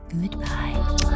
Goodbye